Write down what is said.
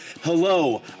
Hello